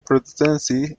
presidency